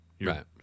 Right